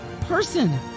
person